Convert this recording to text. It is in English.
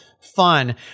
fun